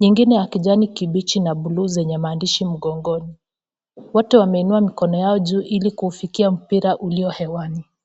nyingine ya kijani kibichi na buluu zenye maandishi mgongoni, wote wameinua mikono yao juu ili kufikia mpira iliyo hewani.